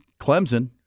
Clemson